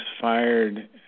fired